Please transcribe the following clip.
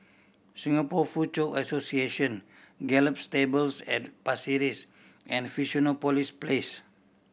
Singapore Foochow Association Gallop Stables at Pasir Ris and Fusionopolis Place